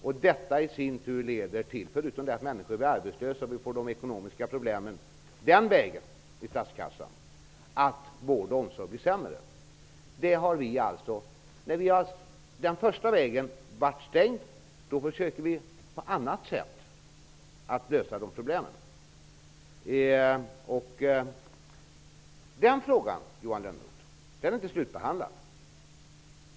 Det leder i sin tur till att vård och omsorg blir sämre, förutom att det leder till att människor blir arbetslösa och får ekonomiska problem. När den första vägen har varit stängd, försöker vi att lösa problemet på annat sätt. Den frågan är inte slutbehandlad, Johan Lönnroth.